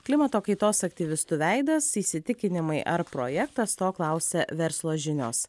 klimato kaitos aktyvistų veidas įsitikinimai ar projektas to klausia verslo žinios